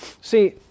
See